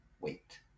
wait